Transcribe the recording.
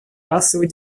расовой